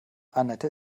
anette